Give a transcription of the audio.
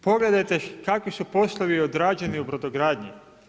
Pogledajte kakvi su poslovi odrađeni u brodogradnji.